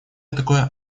такое